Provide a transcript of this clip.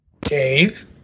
Dave